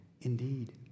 indeed